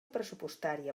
pressupostària